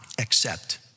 accept